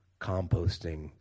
composting